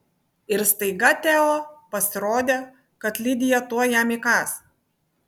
ir staiga teo pasirodė kad lidija tuoj jam įkąs